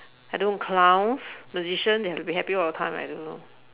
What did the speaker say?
I don't know clowns magician they have to happy all the time I don't know